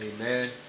amen